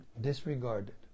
disregarded